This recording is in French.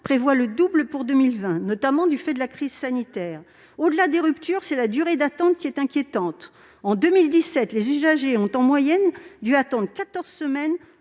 prévoit le double pour 2020, notamment du fait de la crise sanitaire. Au-delà des ruptures, c'est la durée d'attente qui est inquiétante. En 2017, les usagers ont dû attendre en moyenne